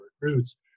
recruits